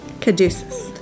Caduceus